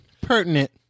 pertinent